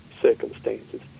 circumstances